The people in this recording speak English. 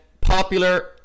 popular